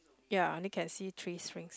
ya only can see three rings